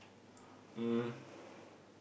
um